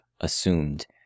assumed